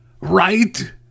Right